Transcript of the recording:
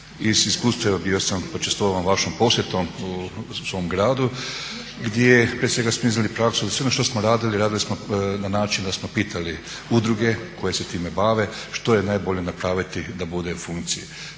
Iz iskustva, evo bio sam počašćen vašom posjetom svom gradu gdje prije svega smo …/Govornik se ne razumije./… praksu da sve ono što smo radili, radili smo na način da smo pitali udruge koje se time bave što je najbolje napraviti da bude u funkciji.